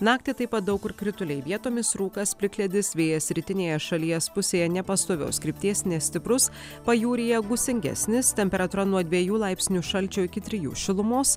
naktį taip pat daug kur krituliai vietomis rūkas plikledis vėjas rytinėje šalies pusėje nepastovios krypties nestiprus pajūryje gūsingesnis temperatūra nuo dviejų laipsnių šalčio iki trijų šilumos